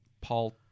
Paul